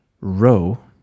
row